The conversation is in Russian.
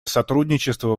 сотрудничество